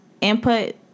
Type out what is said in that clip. input